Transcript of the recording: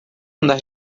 andar